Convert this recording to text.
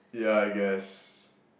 ya I guess